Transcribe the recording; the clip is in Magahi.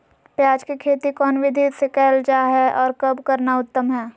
प्याज के खेती कौन विधि से कैल जा है, और कब करना उत्तम है?